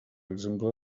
exemple